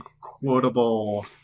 quotable